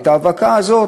את ההאבקה הזאת